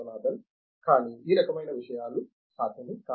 విశ్వనాథన్ కానీ ఆ రకమైన విషయాలు సాధ్యమే